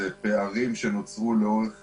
אלו פערים שנוצרו לאורך